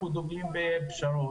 אנחנו דוגלים בפשרות,